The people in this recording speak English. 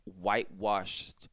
whitewashed